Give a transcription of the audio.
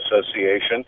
Association